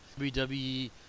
WWE